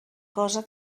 cosa